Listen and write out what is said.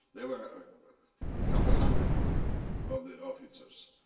there were a couple hundred of the officers.